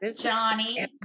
Johnny